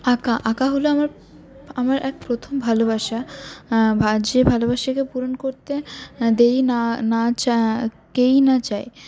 আঁকা আঁকা হল আমার আমার এক প্রথম ভালোবাসা বা যে ভালবাসাকে পূরণ করতে দেরি না না চা কেই না চায়